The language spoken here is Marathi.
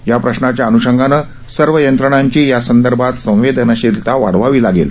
या प्रश्नाच्या अनूषंगाने सर्व यंत्रणांची या संदर्भात संवेदनशीलता वाढवावी लागेल